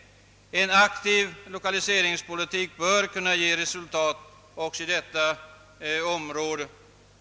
En aktiv 1okaliseringspolitik bör kunna ge resultat också inom detta område.